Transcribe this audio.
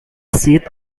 seat